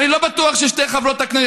אני לא בטוח ששתי חברות הכנסת,